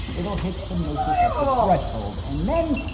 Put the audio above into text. it'll hit the nociceptive threshold and then.